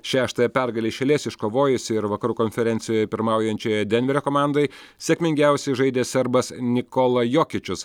šeštąją pergalę iš eilės iškovojusi ir vakarų konferencijoje pirmaujančioje denverio komandoj sėkmingiausiai žaidė serbas nikola jokičius